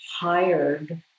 hired